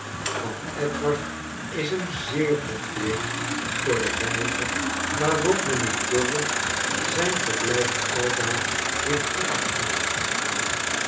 want edward is hem zeer verplicht voor de wijze r waarop mijnheer dorrit zijn verblijf aldaar heeft